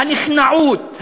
הנכנעות,